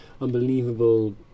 unbelievable